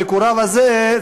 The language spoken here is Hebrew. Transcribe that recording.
המקורב הזה,